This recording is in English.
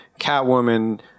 Catwoman